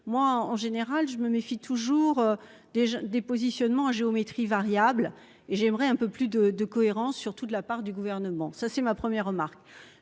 moi en général je me méfie toujours des des positionnements à géométrie variable et j'aimerais un peu plus de de cohérence surtout de la part du gouvernement, ça c'est ma première remarque.